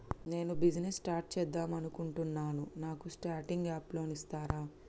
నేను business start చేద్దామనుకుంటున్నాను నాకు స్టార్టింగ్ అప్ లోన్ ఇస్తారా?